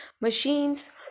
machines